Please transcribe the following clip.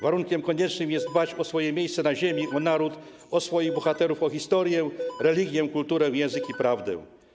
Warunkiem koniecznym jest dbać o swoje miejsce na ziemi, o naród, o swoich bohaterów, o historię, religię, kulturę, język i prawdę.